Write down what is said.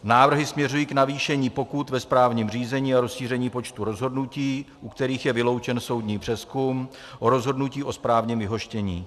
Návrhy směřují k navýšení pokut ve správním řízení a rozšíření počtu rozhodnutí, u kterých je vyloučen soudní přezkum, o rozhodnutí o správním vyhoštění.